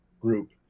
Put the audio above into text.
group